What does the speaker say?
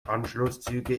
anschlusszüge